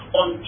on